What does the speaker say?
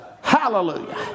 Hallelujah